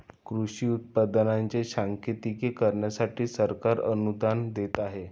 कृषी उत्पादनांच्या सांकेतिकीकरणासाठी सरकार अनुदान देत आहे